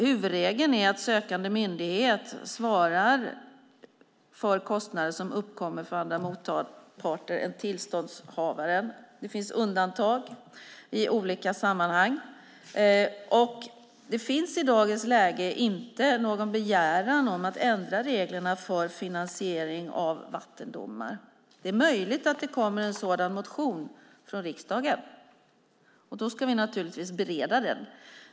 Huvudregeln är att sökande myndighet svarar för kostnader som uppkommer för andra motparter än tillståndshavaren. Det finns undantag i olika sammanhang. I dagens läge finns det ingen begäran om att ändra reglerna för finansiering av vattendomar. Det är möjligt att det kommer en sådan motion från riksdagen, och i så fall ska den naturligtvis beredas.